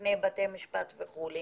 בפני בתי משפט וכו',